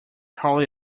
hardly